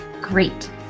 great